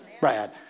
Brad